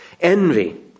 Envy